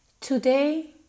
Today